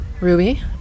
Ruby